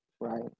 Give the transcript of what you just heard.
right